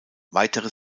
weitere